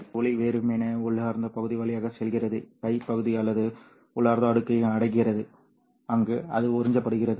எனவே ஒளி வெறுமனே உள்ளார்ந்த பகுதி வழியாக செல்கிறது л பகுதி அல்லது உள்ளார்ந்த அடுக்கை அடைகிறது அங்கு அது உறிஞ்சப்படுகிறது